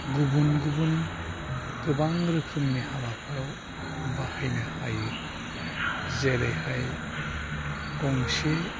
गुबुन गुबुन गोबां रोखोमनि हाबाफोराव बाहायनो हायो जेरैहाय गंसे